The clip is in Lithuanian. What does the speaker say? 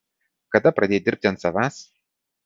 kada pradėjai dirbti ant savęs